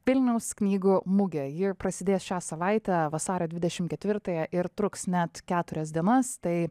vilniaus knygų mugė ji prasidės šią savaitę vasario dvidešim ketvirtąją ir truks net keturias dienas tai